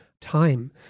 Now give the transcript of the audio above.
time